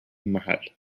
محل